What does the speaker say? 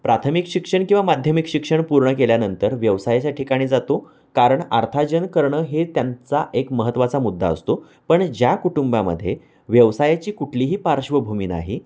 प्राथमिक शिक्षण किंवा माध्यमिक शिक्षण पूर्ण केल्यानंतर व्यवसायाच्या ठिकाणी जातो कारण अर्थार्जन करणं हे त्यांचा एक महत्त्वाचा मुद्दा असतो पण ज्या कुटुंबामध्ये व्यवसायाची कुठलीही पार्श्वभूमी नाही